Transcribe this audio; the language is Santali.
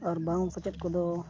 ᱟᱨ ᱵᱟᱝ ᱥᱮᱪᱮᱫ ᱠᱚᱫᱚ